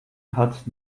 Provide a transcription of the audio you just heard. hat